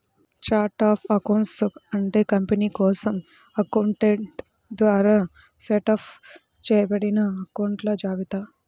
chart of accounts అంటే company కోసం accountant ద్వారా సెటప్ చేయబడిన అకొంట్ల జాబితా